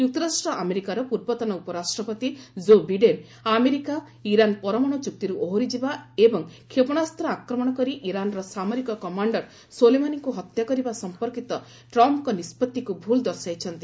ଯୁକ୍ତରାଷ୍ଟ୍ର ଆମେରିକାର ପୂର୍ବତନ ଉପରାଷ୍ଟ୍ରପତି ଜୋ ବିଡେନ୍ ଆମେରିକା ଇରାନ ପରମାଣୁ ଚୁକ୍ତିରୁ ଓହରିଯିବା ଏବଂ କ୍ଷେପଶାସ୍ତ୍ର ଆକ୍ରମଣ କରି ଇରାନର ସାମରିକ କମାଣ୍ଡର ସୋଲେମାନୀଙ୍କୁ ହତ୍ୟା କରିବା ସଂପର୍କିତ ଟ୍ରମ୍ପଙ୍କ ନିଷ୍ପଭିକୁ ଭୁଲ୍ ଦର୍ଶାଇଛନ୍ତି